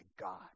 God